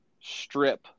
strip